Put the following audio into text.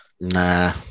nah